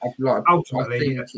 ultimately